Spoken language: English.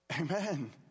Amen